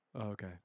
Okay